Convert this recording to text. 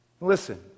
Listen